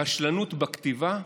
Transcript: רשלנות בכתיבה,